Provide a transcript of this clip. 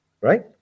right